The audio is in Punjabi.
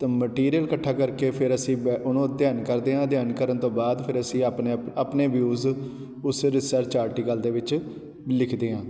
ਅਤੇ ਮਟੀਰੀਅਲ ਇਕੱਠਾ ਕਰਕੇ ਫਿਰ ਅਸੀਂ ਬ ਉਹਨੂੰ ਅਧਿਐਨ ਕਰਦੇ ਹਾਂ ਅਧਿਐਨ ਕਰਨ ਤੋਂ ਬਾਅਦ ਫਿਰ ਅਸੀਂ ਆਪਣੇ ਆਪ ਆਪਣੇ ਵਿਊਜ਼ ਉਸ ਰਿਸਰਚ ਆਰਟੀਕਲ ਦੇ ਵਿੱਚ ਲਿਖਦੇ ਹਾਂ